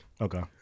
Okay